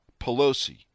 Pelosi